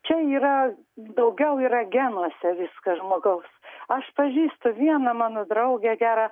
čia yra daugiau yra genuose viskas žmogaus aš pažįstu vieną mano draugę gerą